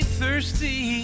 thirsty